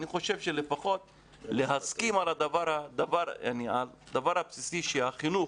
אני חושב שלפחות להסכים על הדבר הבסיסי שהחינוך